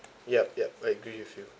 yup yup I agree with you